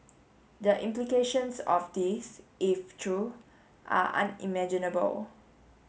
the implications of this if true are unimaginable